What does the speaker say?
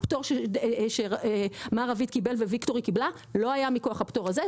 מה שמר רביד ורשת ויקטורי קיבלו לא היה מכוח הפטור הזה,